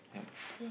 yup